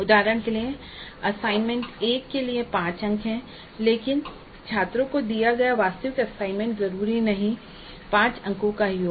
उदाहरण के लिए असाइनमेंट 1 के लिए 5 अंक है लेकिन छात्रों को दिया गया वास्तविक असाइनमेंट ज़रूरी नही 5 अंकों का ही हो